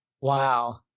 Wow